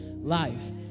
life